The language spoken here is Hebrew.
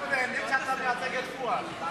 אנחנו נהנים שאתה מייצג את פואד.